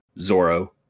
Zoro